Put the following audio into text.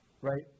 right